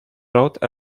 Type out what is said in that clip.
wrote